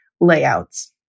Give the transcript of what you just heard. layouts